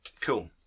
cool